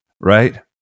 right